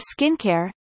skincare